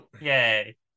Yay